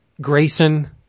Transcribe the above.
Grayson